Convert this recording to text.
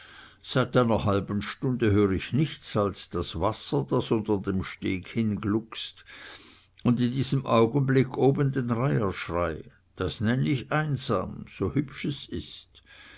seit einer halben stunde hör ich nichts als das wasser das unter dem steg hingluckst und in diesem augenblick oben den reiherschrei das nenn ich einsam so hübsch es ist